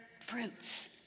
fruits